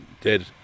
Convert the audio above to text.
dead